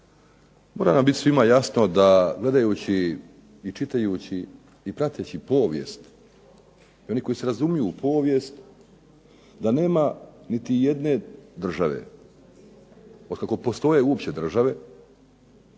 Mora nam biti svima jasno da gledajući i čitajući i prateći povijest i onih koji se razumiju u povijest da nema niti jedne države, otkako postoje uopće države,